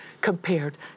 compared